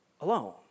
alone